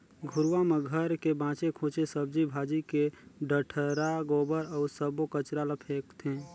घुरूवा म घर के बाचे खुचे सब्जी भाजी के डठरा, गोबर अउ सब्बो कचरा ल फेकथें